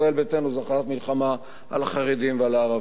ישראל ביתנו זה הכרזת מלחמה על החרדים ועל הערבים.